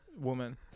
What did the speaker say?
woman